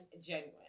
genuine